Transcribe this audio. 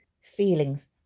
feelings